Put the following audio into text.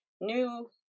New